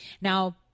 Now